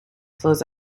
flows